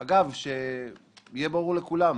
אגב, שיהיה ברור לכולם,